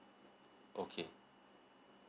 okay